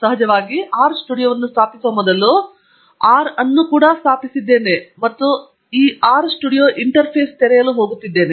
ಸಹಜವಾಗಿ ಆರ್ ಸ್ಟುಡಿಯೋವನ್ನು ಸ್ಥಾಪಿಸುವ ಮೊದಲು ನಾನು ಆರ್ ಅನ್ನು ಕೂಡಾ ಸ್ಥಾಪಿಸಿದ್ದೇನೆ ಮತ್ತು ನಾನು ಈ ಆರ್ ಸ್ಟುಡಿಯೋ ಇಂಟರ್ಫೇಸ್ ತೆರೆಯಲು ಹೋಗುತ್ತೇನೆ